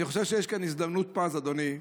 אני חושב שיש כאן הזדמנות פז, אדוני,